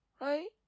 right